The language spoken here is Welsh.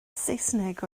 saesneg